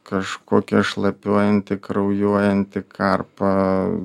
kažkokia šlapiuojanti kraujuojanti karpa